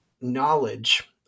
knowledge